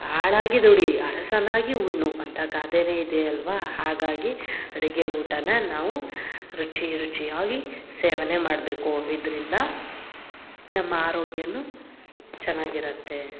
ಆಳಾಗಿ ದುಡಿ ಅರಸನಾಗಿ ಉಣ್ಣು ಅಂತ ಗಾದೆನೆ ಇದೆ ಅಲ್ವ ಹಾಗಾಗಿ ಅಡಿಗೆ ಊಟನ ನಾವು ರುಚಿ ರುಚಿಯಾಗಿ ಸೇವನೆ ಮಾಡ್ಬೇಕು ಇದರಿಂದ ನಮ್ಮ ಆರೋಗ್ಯನು ಚೆನ್ನಾಗಿರತ್ತೆ